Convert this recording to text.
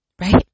Right